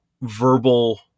verbal